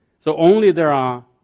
so only there are